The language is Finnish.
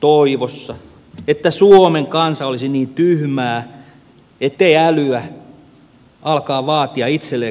toivossa että suomen kansa olisi niin tyhmä ettei älyä alkaa vaatia itselleen kuuluvia oikeuksia